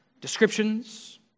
Descriptions